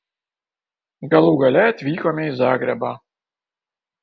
galų gale atvykome į zagrebą